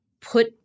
put